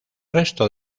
resto